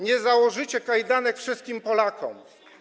Nie założycie kajdanek wszystkim Polakom.